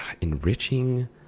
enriching